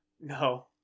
no